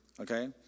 Okay